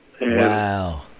Wow